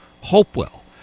Hopewell